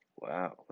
Wow